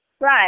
Right